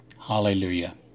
hallelujah